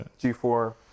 G4